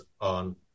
on